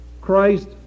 Christ